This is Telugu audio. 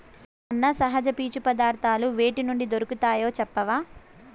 అన్నా, సహజ పీచు పదార్థాలు వేటి నుండి దొరుకుతాయి చెప్పవా